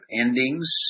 endings